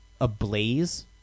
ablaze